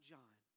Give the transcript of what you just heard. John